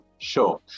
Sure